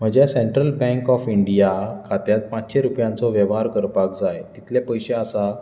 म्हज्या Central Bank of India खात्यांत पांचशे रुपयांचो वेव्हार करपाक जाय तितले पयशे आसा